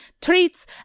treats